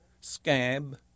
scab